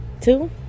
Two